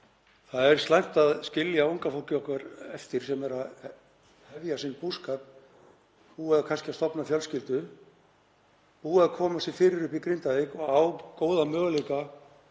Það er slæmt að skilja unga fólkið okkur eftir sem er að hefja sinn búskap, er kannski búið að stofna fjölskyldu, búið að koma sér fyrir uppi í Grindavík og á góða möguleika